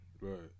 Right